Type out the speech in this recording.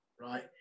right